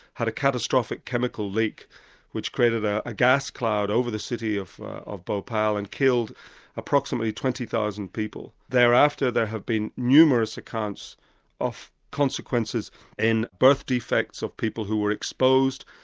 had a catastrophic chemical leak which created ah a gas cloud over the city of of bhopal and killed approximately twenty thousand people. thereafter there have been numerous accounts of consequences in birth defects of people who were exposed,